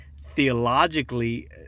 theologically